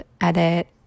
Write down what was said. edit